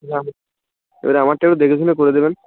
এর আমারটাও দেখে শুনে করে দেবেন